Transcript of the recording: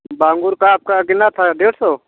बांगूर का आपका कितना था डेढ़ सौ